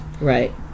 Right